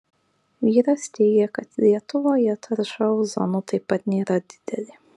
vyras teigia kad lietuvoje tarša ozonu taip pat nėra didelė